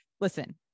Listen